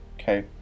Okay